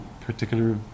particular